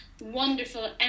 wonderful